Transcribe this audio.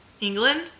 England